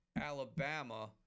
Alabama